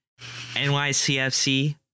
NYCFC